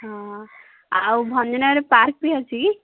ହଁ ଆଉ ଭଞ୍ଜନଗରରେ ପାର୍କ ବି ଅଛି